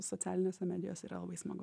socialinėse medijose yra labai smagu